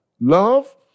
love